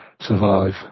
survive